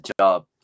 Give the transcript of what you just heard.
job